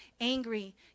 angry